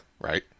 right